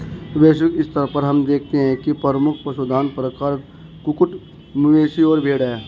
वैश्विक स्तर पर हम देखते हैं कि प्रमुख पशुधन प्रकार कुक्कुट, मवेशी और भेड़ हैं